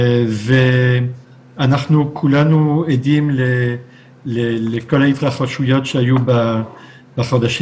ואנחנו כולנו עדים לכל ההתרחשויות שהיו בחודשים